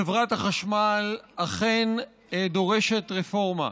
חברת החשמל אכן דורשת רפורמה.